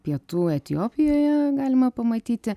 pietų etiopijoje galima pamatyti